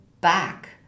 back